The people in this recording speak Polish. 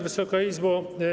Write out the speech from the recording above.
Wysoka Izbo!